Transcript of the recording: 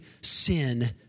sin